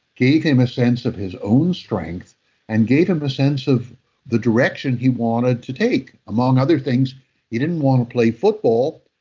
gave him a sense of his own strength and gave him a sense of the direction he wanted to take. among other things he didn't want to play football,